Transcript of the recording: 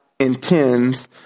intends